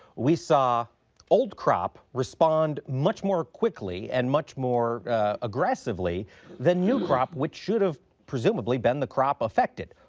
we saw old crop respond much more quickly and much more aggressively than new crop which should have presumably been the crop affected.